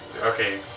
Okay